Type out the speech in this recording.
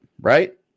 right